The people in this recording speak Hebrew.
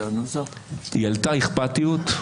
היא עלתה אכפתיות,